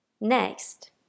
Next